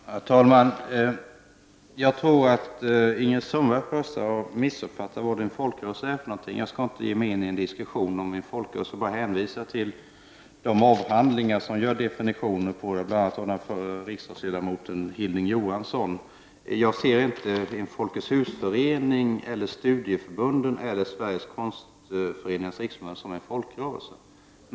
Herr talman! Jag tror att Ingrid Sundberg har missuppfattat vad en folkrörelse är. Jag skall inte ge mig in i en diskussion om det, utan bara hänvisa till de avhandlingar där det görs definitioner av folkrörelser, bl.a. en avhandling av förre riksdagsledamoten Hilding Johansson. Jag ser inte Folkets-husföreningar, studieförbund eller Sveriges konstföreningars riksförbund som folkrörelser.